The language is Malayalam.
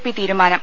പി തീരുമാനം